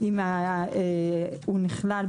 אם הוא נכלל,